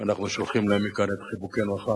ואנחנו שולחים להם מכאן את חיבוקנו החם,